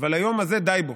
אבל היום הזה די בו.